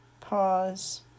Pause